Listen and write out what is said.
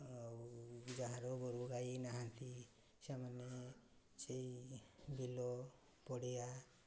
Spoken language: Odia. ଆଉ ଯାହାର ଗୋରୁ ଗାଈ ନାହାନ୍ତି ସେମାନେ ସେଇ ବିଲ ପଡ଼ିଆ